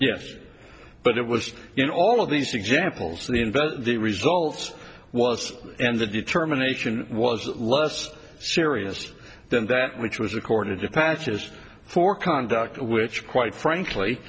yes but it was in all of these examples the invest the results was and the determination was less serious than that which was accorded to patches for conduct which quite frankly